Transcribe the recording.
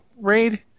raid